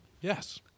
Yes